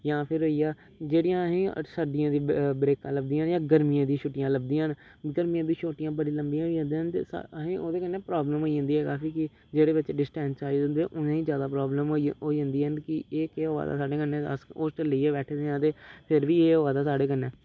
जां फिर होई गेआ जेह्ड़ियां अहें गी सर्दियें दी ब्रेकां लभदियां जां गर्मियें दी छुट्टियां लभदियां न गर्मियें दियां छुट्टियां बड़ियां लम्बियां होई जंदियां ते अहें गी ओह्दे कन्नै प्राब्लम होई जंदी ऐ काफी कि जेह्ड़े बच्चे डिसटैंस आई जंदे न उनेंगी ज्यादा प्राब्लम होई होई जंदी ऐ कि एह् केह् होआ दा साढ़े कन्नै अस होस्टल लेइयै बैठे दे आं ते फिर बी एह् होआ दा साढ़े कन्नै